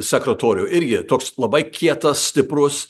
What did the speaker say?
sekretorių irgi toks labai kietas stiprus